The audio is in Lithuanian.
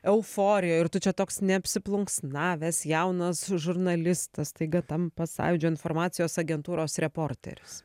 euforijoj ir tu čia toks neapsiplunksnavęs jaunas žurnalistas staiga tampa sąjūdžio informacijos agentūros reporteris